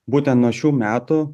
būtent nuo šių metų